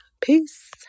peace